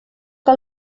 que